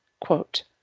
quote